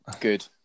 Good